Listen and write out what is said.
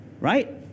right